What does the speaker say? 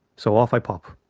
so off i pop.